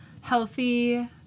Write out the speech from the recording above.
healthy